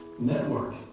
network